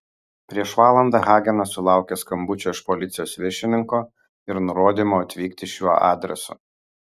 prieš valandą hagenas sulaukė skambučio iš policijos viršininko ir nurodymo atvykti šiuo adresu